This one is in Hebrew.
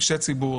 אישי ציבור,